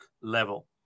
level